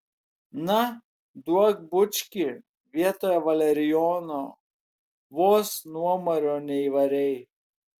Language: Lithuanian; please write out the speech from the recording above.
na duok bučkį vietoje valerijono vos nuomario neįvarei